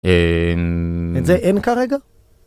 ‫אין... ‫את זה אין זה אין כרגע?